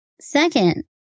Second